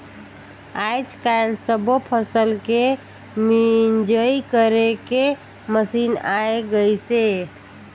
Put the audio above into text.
आयज कायल सब्बो फसल के मिंजई करे के मसीन आये गइसे